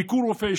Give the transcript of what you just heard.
ביקור רופא,